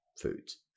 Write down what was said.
foods